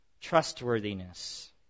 trustworthiness